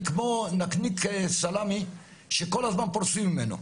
כמו נקניק סלמי שכל הזמן פורסים ממנו.